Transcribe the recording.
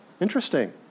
Interesting